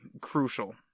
crucial